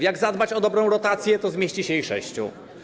Jak zadbać o dobrą rotację, to zmieści się sześciu.